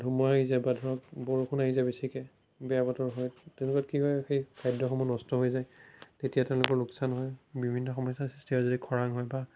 ধুমুহা আহিছে বা ধৰক বৰষুণ আহিছে বেছিকে বেয়া বতৰ হয় তেনেকুৱাত কি হয় সেই খাদ্যসমূহ নষ্ট হৈ যায় তেতিয়া তেওঁলোকৰ লোকচান হয় বিভিন্ন সমস্যাৰ সৃষ্টি যদি খৰাং হয় বা